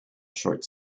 short